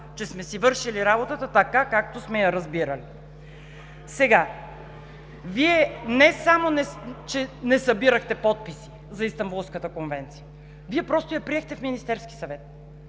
че сме си вършили работата така, както сме я разбирали. Вие не само, че не събирахте подписи за Истанбулската конвенция, Вие просто я приехте в Министерския съвет.